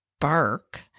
bark